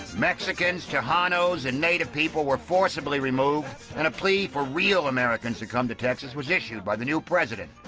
mexicans, tejanos and native people were forcibly removed and a plea for real americans to come to texas was issued by the new president,